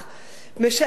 משלם המסים,